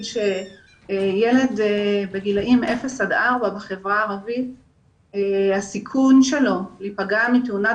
הסיכון של ילד בגיל 0 עד 4 בחברה הערבית להיפגע מתאונת